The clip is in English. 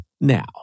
now